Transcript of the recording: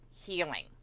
healing